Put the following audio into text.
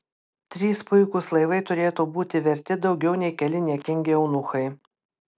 trys puikūs laivai turėtų būti verti daugiau nei keli niekingi eunuchai